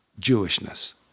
Jewishness